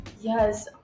Yes